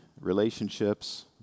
relationships